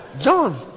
john